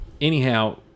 Anyhow